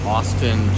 Austin